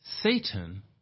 Satan